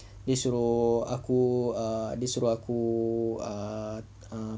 dia suruh aku ah dia suruh aku ah